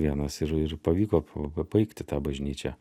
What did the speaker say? vienas ir ir pavyko pa pabaigti tą bažnyčią